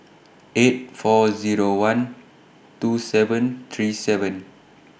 eight four Zero one two seven three seven